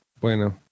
bueno